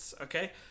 okay